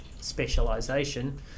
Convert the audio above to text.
specialisation